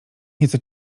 nieco